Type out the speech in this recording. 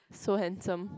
so handsome